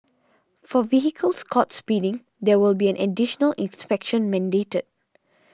for vehicles caught speeding there will be additional inspections mandated